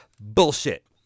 Bullshit